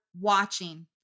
watching